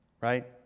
right